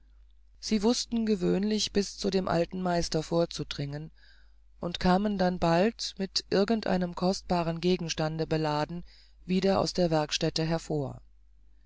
sie wußten gewöhnlich bis zu dem alten meister vorzudringen und kamen dann bald mit irgend einem kostbaren gegenstande beladen wieder aus der werkstätte hervor